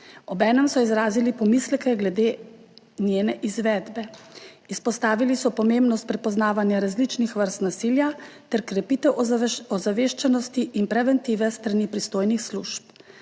Obenem so izrazili pomisleke glede njene izvedbe. Izpostavili so pomembnost prepoznavanja različnih vrst nasilja ter krepitev ozaveščenosti in preventive s strani pristojnih služb.